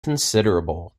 considerable